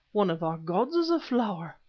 one of our gods is a flower.